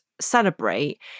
celebrate